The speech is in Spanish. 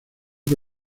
que